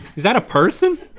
is that a person?